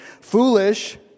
Foolish